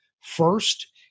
first